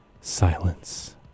silence